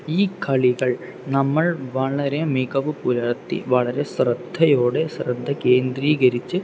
ഈ കളികൾ നമ്മൾ വളരെ മികവ് പുലർത്തി വളരെ ശ്രദ്ധയോടെ ശ്രദ്ധ കേന്ദ്രീകരിച്ച്